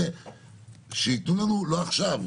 שייתנו לנו לא עכשיו,